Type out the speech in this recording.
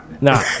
No